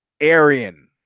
Aryan